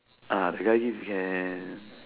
ah the guy give can